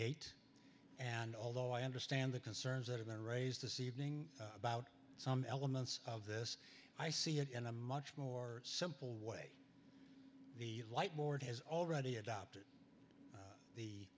eight and although i understand the concerns that have been raised to seeding about some elements of this i see it in a much more simple way the white board has already adopted a